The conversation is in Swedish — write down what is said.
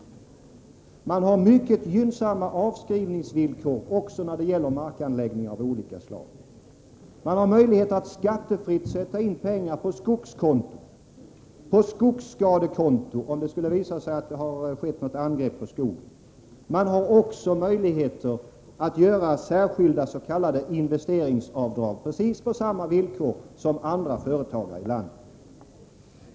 Det finns även mycket gynnsamma avskrivningsvillkor när det gäller markanläggningar av olika slag. Man har möjlighet att skattefritt sätta in pengar på skogskonto eller på skogsskadekonto, om det skulle visa sig att det varit någon skada på skogen. Möjligheter finns också att göra särskilda s.k. investeringsavdrag — precis på samma villkor som andra företagare i landet.